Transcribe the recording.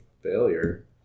failure